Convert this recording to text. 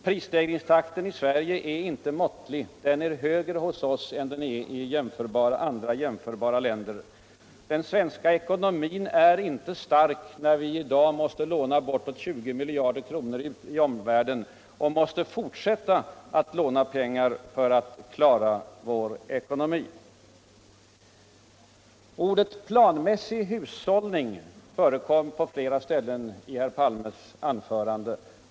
Prisstegringstakten i Sverige är inte måttlig, den är högre hos oss än i andra jämförbara länder. Den svenska ekonomin är inte stark, när vi i dag måste låna bortåt 20 miljarder kronor i omvärlden och måste fortsätta alt låna pengar för att klara vår ekonomi. Uttrycket ”planmässig hushållning” förekom på flera ställen i herr Palmes anförande.